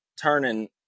turning